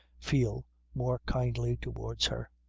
feel more kindly towards her.